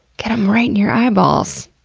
get em right in your eyeballs!